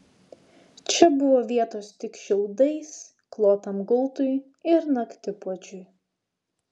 čia buvo vietos tik šiaudais klotam gultui ir naktipuodžiui